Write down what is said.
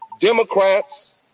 Democrats